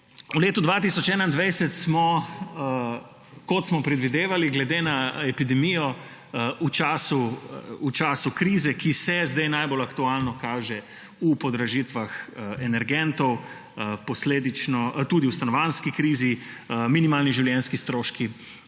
V letu 2021 smo, kot smo predvidevali glede na epidemijo, v času krize, ki se zdaj najbolj aktualno kaže v podražitvah energentov, posledično tudi v stanovanjski krizi, raven minimalnih življenjskih stroškov